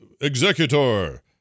executor